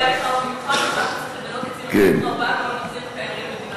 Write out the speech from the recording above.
רבה להחזיר תיירים למדינת ישראל.